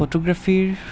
ফটোগ্ৰাফীৰ